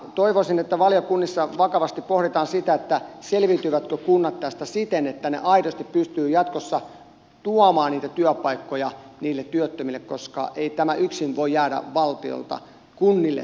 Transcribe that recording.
toivoisin että valiokunnissa vakavasti pohditaan sitä selviytyvätkö kunnat tästä siten että ne aidosti pystyvät jatkossa tuomaan niitä työpaikkoja niille työttömille koska ei tämä yksin voi jäädä valtiolta kunnille